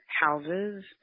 houses